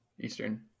Eastern